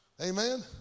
Amen